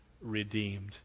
redeemed